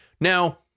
now